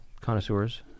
connoisseurs